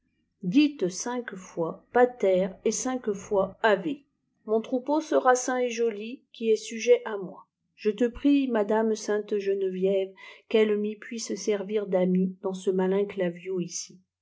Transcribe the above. cinq fois pater et cinq fois ave mon troupeau sera sain et joli qui est sujet à moi je prie madame sainte geneviève qu'elle m'y puisse servir d'amie dans ce malin claviau ici